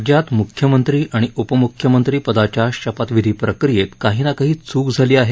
राज्यात मुख्यमंत्री आणि उपमुख्यमंत्रीपदाच्या शपथविधी प्रक्रियेत काही ना कही चूक झाली आहे